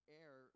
air